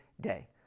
day